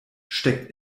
steckt